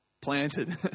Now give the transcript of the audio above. Planted